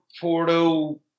Porto